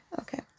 Okay